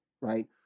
right